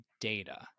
data